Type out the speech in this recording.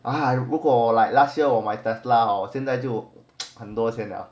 ah 如果 like last year on my tesla orh 现在就很多先生